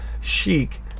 chic